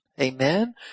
Amen